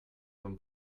von